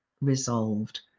resolved